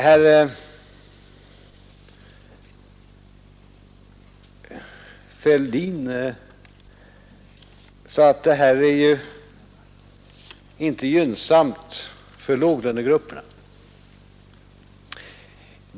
Herr Fälldin sade att det här förslaget inte är gynnsamt för låglönegrupperna.